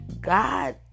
God